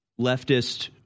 leftist